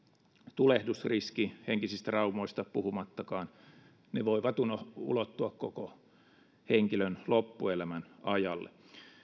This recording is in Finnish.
tulehdusriski henkisistä traumoista puhumattakaan ne voivat ulottua koko henkilön loppuelämän ajalle